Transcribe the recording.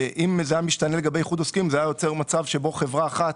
אם זה היה משתנה לגבי איחוד עוסקים זה היה יוצר מצב שבו חברה אחת,